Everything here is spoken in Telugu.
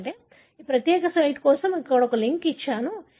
కాబట్టి నేను ఈ ప్రత్యేక సైట్ కోసం లింక్ ఇచ్చాను